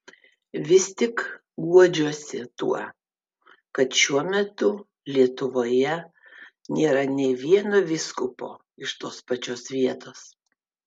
vis tik guodžiuosi tuo kad šiuo metu lietuvoje nėra nė vieno vyskupo iš tos pačios vietos